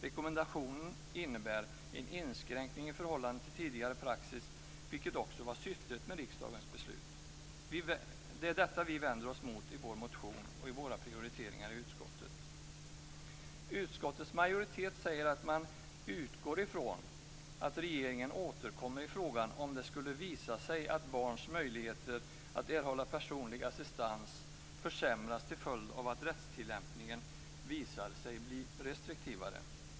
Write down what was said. Rekommendationen innebär en inskränkning i förhållande till tidigare praxis, vilket också var syftet med riksdagens beslut. Det är detta vi vänder oss mot i vår motion och i våra prioriteringar i utskottet. Utskottets majoritet säger att man "utgår från" att regeringen återkommer i frågan om det skulle "visa sig att barns möjligheter att erhålla personlig assistans försämras till följd av att rättstillämpningen visar sig bli restriktivare".